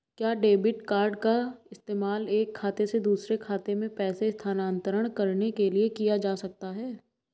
क्या debit card का इस्तेमाल एक खाते से दूसरे खाते में पैसे स्थानांतरण करने के लिए किया जा सकता है?